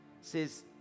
says